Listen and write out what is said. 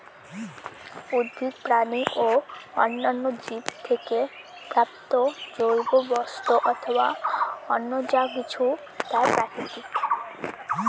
উদ্ভিদ, প্রাণী ও অন্যান্য জীব থেকে প্রাপ্ত জৈব বস্তু অথবা অন্য যা কিছু তাই প্রাকৃতিক